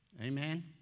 Amen